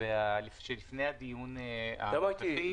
שלפני הדיון --- שמעתי.